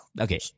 Okay